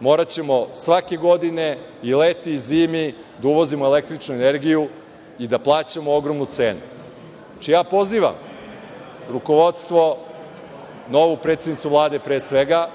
moraćemo svake godine i leti i zimi da uvozimo električnu energiju i da plaćamo ogromnu cenu. Znači, pozivam rukovodstvo, novu predsednicu Vlade, pre svega,